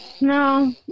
no